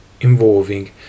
involving